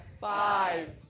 five